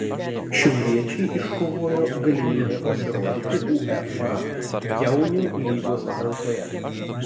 šiauliečiai iškovojo galimybę pasirodyti uefa jaunių lygos atrankoje